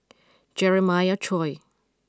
Jeremiah Choy